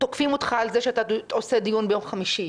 תוקפים אותך על זה שאתה עושה דיון ביום חמישי,